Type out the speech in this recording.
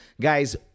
Guys